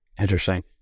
Interesting